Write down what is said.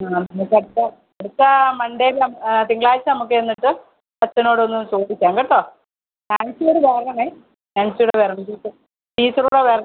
ആ എന്നിട്ട് എപ്പോൾ അടുത്ത മണ്ടേയിൽ തിങ്കളാഴ്ച്ച നമുക്ക് എന്നിട്ട് അച്ഛനോടൊന്ന് ചോദിക്കാം കേട്ടോ നാൻസിയോട് ചോദിക്കണേ നാൻസി ഇവിടെ വരണം ടീച്ചർ ടീച്ചറുകൂടെ വരണം